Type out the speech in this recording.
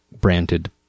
branded